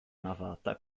navata